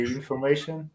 information